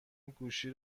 گوشی